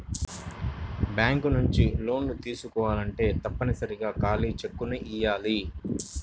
bank నుంచి లోన్లు తీసుకోవాలంటే తప్పనిసరిగా ఖాళీ చెక్కుని ఇయ్యాలి